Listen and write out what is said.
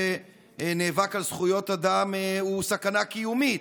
שנאבק על זכויות אדם הוא סכנה קיומית,